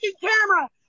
camera